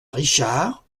richard